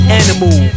animal